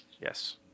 Yes